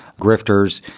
grifters,